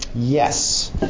Yes